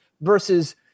versus